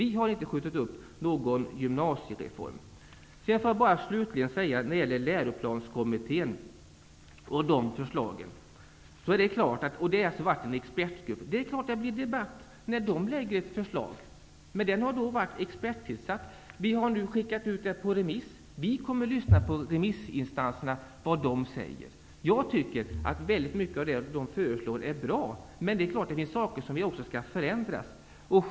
Vi har inte skjutit upp någon gymnasiereform. Slutligen har vi frågan om Läroplanskommittén. Där har det funnits en expertgrupp. Det är klart att det blir en debatt när den gruppen lägger fram ett förslag. Förslaget har nu skickats ut på remiss. Vi kommer att lyssna på vad remissinstanserna har att säga. Jag tycker att mycket i förslaget är bra. Men det är klart att det finns saker som skall förändras.